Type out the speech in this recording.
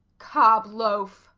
cobloaf!